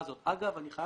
אני לא אוכל